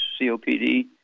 COPD